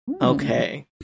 Okay